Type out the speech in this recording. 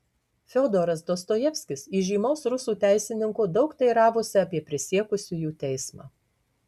fiodoras dostojevskis įžymaus rusų teisininko daug teiravosi apie prisiekusiųjų teismą